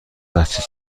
بچه